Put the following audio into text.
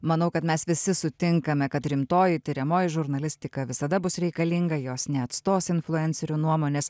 manau kad mes visi sutinkame kad rimtoji tiriamoji žurnalistika visada bus reikalinga jos neatstos influencerių nuomonės